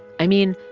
i mean,